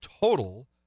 total